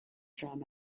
from